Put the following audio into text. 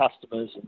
customers